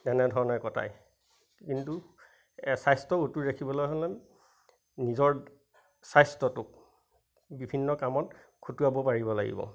তেনেধৰণে কটাই কিন্তু স্বাস্থ্য অটুট ৰাখিবলৈ হ'লে নিজৰ স্বাস্থ্যটোক বিভিন্ন কামত খুটুৱাব পাৰিব লাগিব